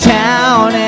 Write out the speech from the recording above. town